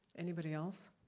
anybody else?